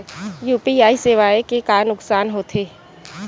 UPI सेवाएं के का नुकसान हो थे?